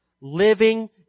living